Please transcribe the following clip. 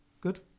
good